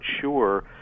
sure